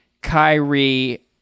Kyrie